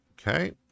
Okay